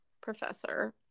professor